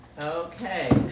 Okay